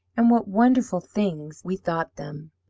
and what wonderful things we thought them.